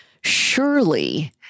surely